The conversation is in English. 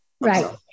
right